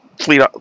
fleet